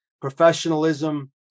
professionalism